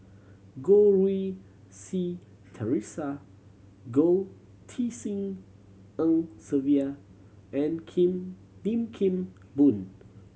Goh Rui Si Theresa Goh Tshin En Sylvia and Kim Lim Kim Boon